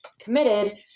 committed